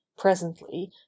Presently